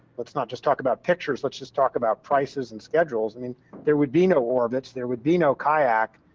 let's not just talk about pictures. let's just talk about prices and schedules. i mean there would be no orbitz, there would be no kayak,